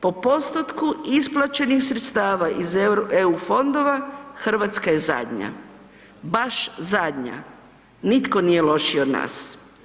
Po postotku isplaćenih sredstava iz eu fondova Hrvatska je zadnja, baš zadnja nitko nije lošiji od nas.